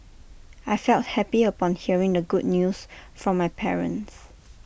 I felt happy upon hearing the good news from my parents